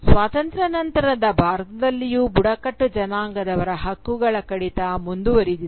ಸ್ವಾತಂತ್ರ್ಯ ನಂತರದ ಭಾರತದಲ್ಲಿಯೂ ಬುಡಕಟ್ಟು ಜನಾಂಗದವರ ಹಕ್ಕುಗಳ ಕಡಿತ ಮುಂದುವರೆದಿದೆ